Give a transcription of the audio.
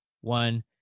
one